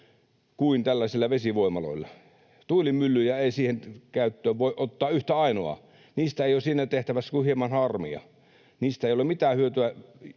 kuin tällaisilla vesivoimaloilla. Yhtään ainoaa tuulimyllyä ei siihen käyttöön voi ottaa. Niistä ei ole siinä tehtävässä kuin hieman harmia. Niistä ei ole mitään hyötyä